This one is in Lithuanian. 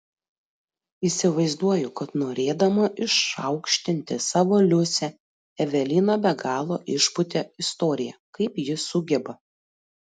įsivaizduoju kad norėdama išaukštinti savo liusę evelina be galo išpūtė istoriją kaip ji sugeba